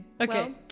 Okay